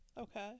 Okay